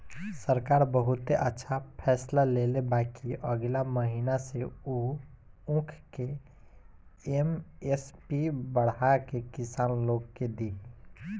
सरकार बहुते अच्छा फैसला लेले बा कि अगिला महीना से उ ऊख के एम.एस.पी बढ़ा के किसान लोग के दिही